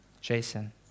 Jason